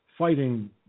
fighting